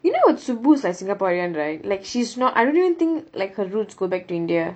you know subbhu like singaporean right like I don't even think like her roots go back to india